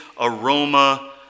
aroma